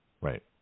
Right